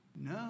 No